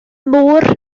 môr